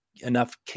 enough